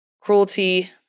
cruelty